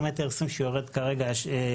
הממוצעת בשנה.